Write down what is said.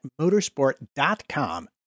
motorsport.com